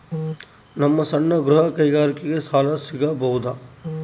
ನಮ್ಮ ಸಣ್ಣ ಗೃಹ ಕೈಗಾರಿಕೆಗೆ ಸಾಲ ಸಿಗಬಹುದಾ?